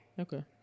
Okay